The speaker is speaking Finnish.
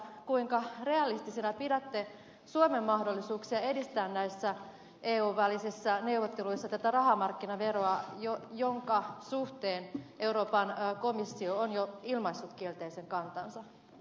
kuinka realistisena pidätte suomen mahdollisuuksia edistää näissä eun välisissä neuvotteluissa tätä rahamarkkinaveroa jonka suhteen euroopan komissio on jo ilmaissut kielteisen kantansa